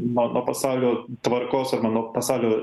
nuo nuo pasaulio tvarkos arba nuo pasaulio